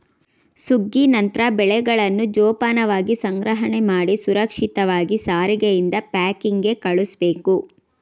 ಸುಗ್ಗಿ ನಂತ್ರ ಬೆಳೆಗಳನ್ನ ಜೋಪಾನವಾಗಿ ಸಂಗ್ರಹಣೆಮಾಡಿ ಸುರಕ್ಷಿತವಾಗಿ ಸಾರಿಗೆಯಿಂದ ಪ್ಯಾಕಿಂಗ್ಗೆ ಕಳುಸ್ಬೇಕು